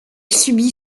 subit